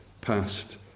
passed